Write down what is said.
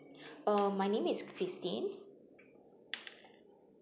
um my name is christine